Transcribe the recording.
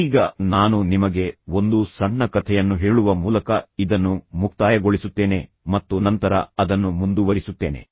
ಈಗ ನಾನು ನಿಮಗೆ ಒಂದು ಸಣ್ಣ ಕಥೆಯನ್ನು ಹೇಳುವ ಮೂಲಕ ಇದನ್ನು ಮುಕ್ತಾಯಗೊಳಿಸುತ್ತೇನೆ ಮತ್ತು ನಂತರ ಅದನ್ನು ಮುಂದುವರಿಸುತ್ತೇನೆ